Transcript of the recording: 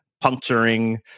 puncturing